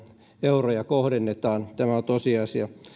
euroja kohdennetaan tämä on tosiasia